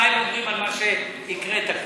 מה הם אומרים על מה שהקראת כאן.